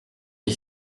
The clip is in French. les